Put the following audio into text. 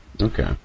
Okay